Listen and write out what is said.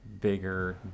bigger